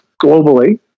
globally